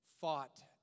fought